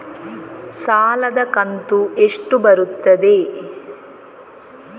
ಸಾಲದ ಕಂತು ಎಷ್ಟು ಬರುತ್ತದೆ?